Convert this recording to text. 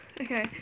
Okay